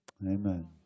Amen